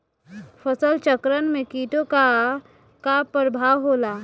फसल चक्रण में कीटो का का परभाव होला?